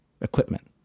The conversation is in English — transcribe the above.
equipment